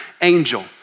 angel